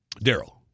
Daryl